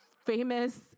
famous